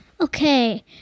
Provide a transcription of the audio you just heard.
Okay